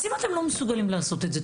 אם אתם לא מסוגלים לעשות את זה,